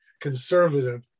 conservative